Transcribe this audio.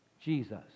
Jesus